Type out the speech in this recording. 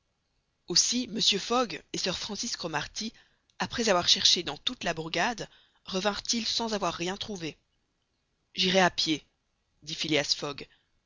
aussi mr fogg et sir francis cromarty après avoir cherché dans toute la bourgade revinrent ils sans avoir rien trouvé j'irai à pied dit phileas fogg